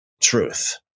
truth